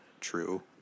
true